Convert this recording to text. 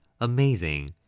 Amazing